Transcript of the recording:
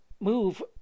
move